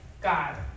God